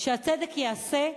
שהצדק ייעשה,